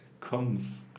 comes